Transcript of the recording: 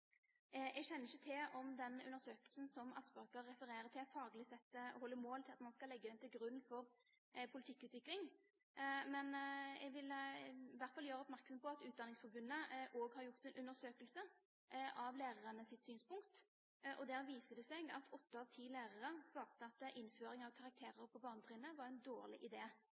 Jeg kjenner ikke til om den undersøkelsen som Aspaker refererer til, faglig sett holder mål med hensyn til om man skal legge den til grunn for politikkutvikling, men jeg vil i hvert fall gjøre oppmerksom på at Utdanningsforbundet også har gjort en undersøkelse av lærernes synspunkt. Der viser det seg at åtte av ti lærere svarte at innføring av karakterer på barnetrinnet var en dårlig